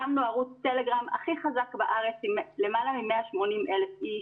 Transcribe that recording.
הקמנו ערוץ טלגרם הכי חזק בארץ עם למעלה מ-180,000 איש.